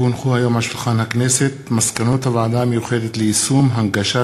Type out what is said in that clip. כי הונחו היום על שולחן הכנסת מסקנות הוועדה המיוחדת ליישום הנגשת